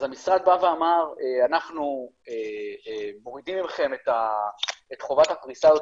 אז המשרד בא ואמר שאנחנו מורידים מהם את חובת הפריסה הזאת,